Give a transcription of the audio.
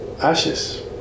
ashes